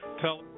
tell